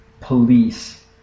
police